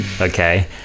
okay